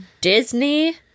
Disney